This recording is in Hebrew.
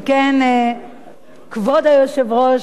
על כן, כבוד היושב-ראש,